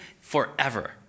forever